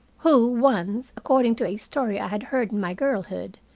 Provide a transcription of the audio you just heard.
who once, according to a story i had heard in my girlhood,